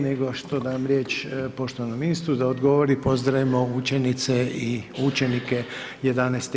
Prije nego što dam riječ poštovanom ministru da odgovori, pozdravimo učenice i učenike XI.